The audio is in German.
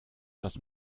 das